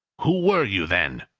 who were you then?